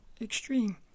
Extreme